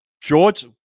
George